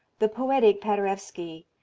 the poetic paderewski,